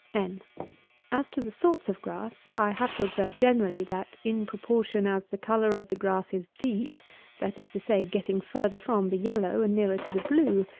n as to the sorts of grass, i have to observe generally, that in proportion as the colour of the grass is deep that is to say, getting further from the yellow, and nearer to the blue,